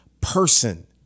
person